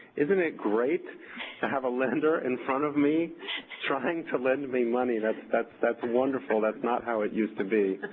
isn't it great to have a lender in front of me trying to lend me money? that's that's wonderful, that's not how it used to be.